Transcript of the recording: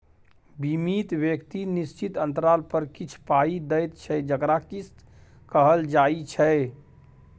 बीमित व्यक्ति निश्चित अंतराल पर किछ पाइ दैत छै जकरा किस्त कहल जाइ छै